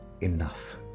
enough